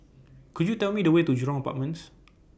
Could YOU Tell Me The Way to Jurong Apartments